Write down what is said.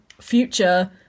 future